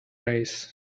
race